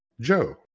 Joe